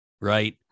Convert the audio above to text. right